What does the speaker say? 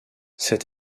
cette